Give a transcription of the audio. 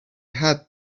had